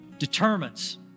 determines